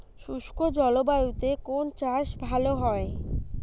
শুষ্ক জলবায়ুতে কোন চাষ ভালো হয়?